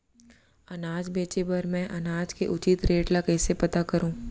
अनाज बेचे बर मैं अनाज के उचित रेट ल कइसे पता करो?